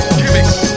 gimmicks